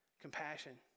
compassion